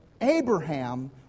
Abraham